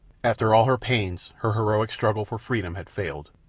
after all her pains her heroic struggle for freedom had failed.